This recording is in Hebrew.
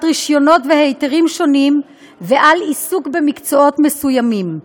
רישיונות והיתרים שונים ובעיסוק במקצועות מסוימים.